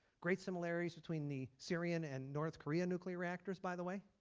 great similarities between the syrian and north korean nuclear reactors by the way.